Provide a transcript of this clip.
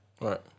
Right